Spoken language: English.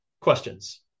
questions